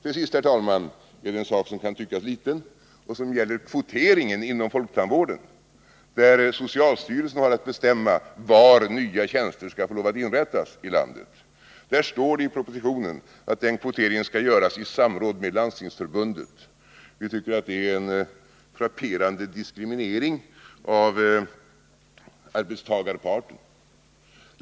Till sist, herr talman, en sak som kan tyckas liten men som gäller kvoteringen inom folktandvården, där socialstyrelsen har att bestämma var nya tjänster skall få lov att inrättas i landet. I propositionen står att den kvoteringen skall göras efter samråd med Landstingsförbundet. Vi tycker att detta är en frapperande diskriminering av arbetstagarparten.